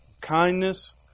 kindness